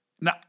Now